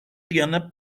tiene